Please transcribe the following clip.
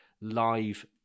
live